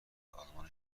آلمان